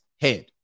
head